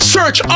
Search